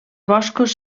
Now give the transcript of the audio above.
boscos